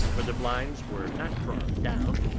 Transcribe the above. where the blinds were not drawn down,